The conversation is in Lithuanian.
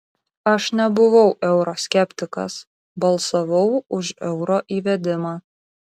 aš nebuvau euro skeptikas balsavau už euro įvedimą